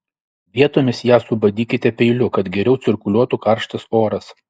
vietomis ją subadykite peiliu kad geriau cirkuliuotų karštas oras